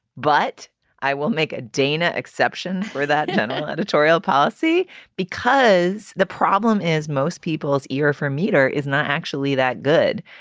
but i will make a dana exception for that general editorial policy because the problem is most people's ear for meter is not actually that good.